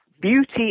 beauty